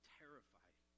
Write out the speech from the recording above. terrified